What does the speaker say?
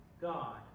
God